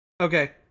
okay